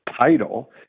title